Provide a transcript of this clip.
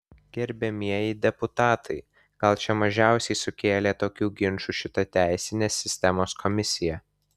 gerbiamieji deputatai gal čia mažiausiai sukėlė tokių ginčų šita teisinės sistemos komisija